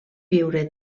viure